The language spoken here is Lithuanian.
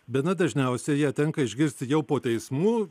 bene dažniausia ją tenka išgirsti jau po teismų